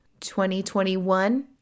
2021